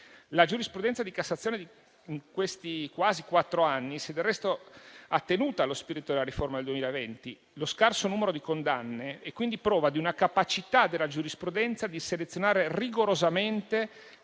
La giurisprudenza della Cassazione in questi quasi quattro anni si è del resto attenuta allo spirito della riforma del 2020. Lo scarso numero di condanne è quindi prova di una capacità della giurisprudenza di selezionare rigorosamente